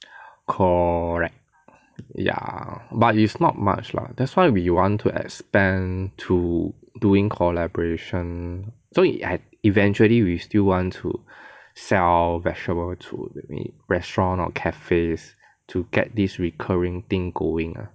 correct ya but is not much lah that's why we want to expand to doing collaboration so eventually we still want to sell vegetable to restaurants or cafes to get these recurring thing going lah